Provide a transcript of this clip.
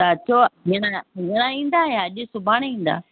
त अचो भेण हीअं ईंदा या अॼु सुभाणे ईंदा